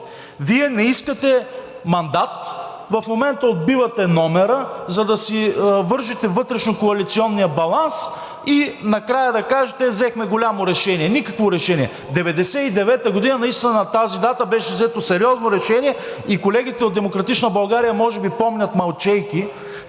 Вие не искате мандат! В момента отбивате номера, за да си вържете вътрешнокоалиционния баланс и накрая да кажете: „Взехме голямо решение!“ Никакво решение! На тази дата 1999 г. наистина беше взето сериозно решение и колегите от „Демократична България“ може би помнят, мълчейки,